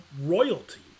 royalty